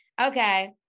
Okay